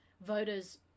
voters